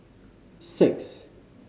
six